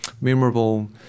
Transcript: memorable